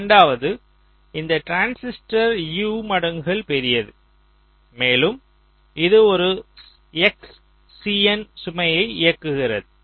இரண்டாவது இந்த transistor U மடங்குகள் பெரியது மேலும் இது ஒரு XCin சுமையை இயக்குகிறது